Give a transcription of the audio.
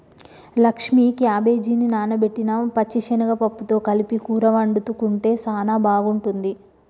లక్ష్మీ క్యాబేజిని నానబెట్టిన పచ్చిశనగ పప్పుతో కలిపి కూర వండుకుంటే సానా బాగుంటుంది